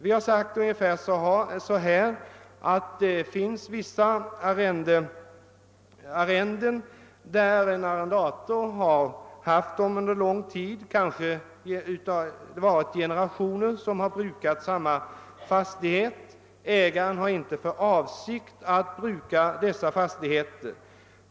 Vi har sagt ungefär så här: Det finns arrenden där flera generationer har brukat samma fastighet. ägaren har inte för avsikt att bruka fastigheten.